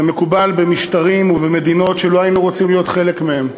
זה מקובל במשטרים ובמדינות שלא היינו רוצים להיות חלק מהם.